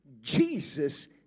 Jesus